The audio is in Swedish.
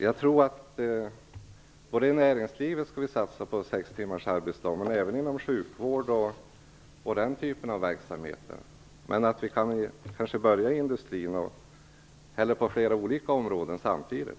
Jag tror att vi inom näringslivet skall satsa på 6 timmars arbetsdag, men även inom sjukvård och den typen av verksamheter. Vi kan kanske börja inom industrin eller på flera olika områden samtidigt.